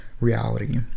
reality